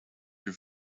your